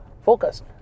focused